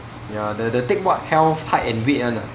ya the the take what health height and weight [one] ah